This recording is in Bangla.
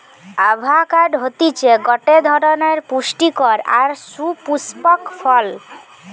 আভাকাড হতিছে গটে ধরণের পুস্টিকর আর সুপুস্পক ফল